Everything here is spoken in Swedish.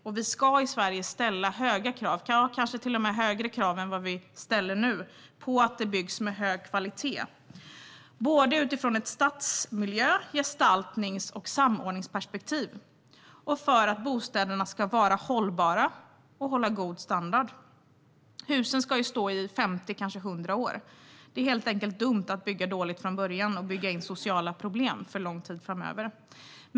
Och vi ska i Sverige ställa höga krav, ja kanske till och med högre krav än vad vi ställer nu, på att det byggs med hög kvalitet utifrån ett stadsmiljö-, gestaltnings och samordningsperspektiv och för att bostäderna ska vara hållbara och hålla god standard. Husen ska ju stå i 50 eller kanske 100 år. Det är helt enkelt dumt att bygga dåligt från början och bygga in sociala problem för lång tid framöver.